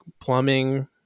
plumbing